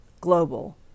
global